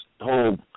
whole